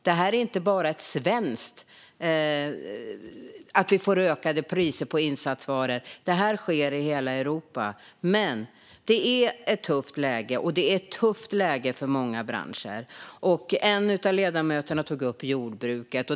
Det är inte bara i Sverige vi får ökade priser på insatsvaror, utan det sker i hela Europa. Det är ett tufft läge för många branscher, och en av ledamöterna tog upp jordbruket.